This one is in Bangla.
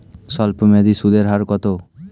স্বল্পমেয়াদী সুদের হার কত?